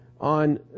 on